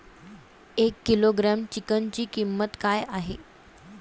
एक किलोग्रॅम चिकनची किंमत काय आहे?